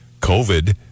COVID